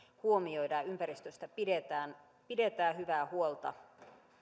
ja ympäristöstä pidetään pidetään hyvää huolta